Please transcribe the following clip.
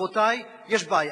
רבותי, יש בעיה.